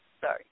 Sorry